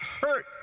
hurt